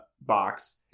box